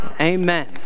Amen